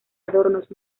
adornos